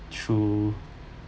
true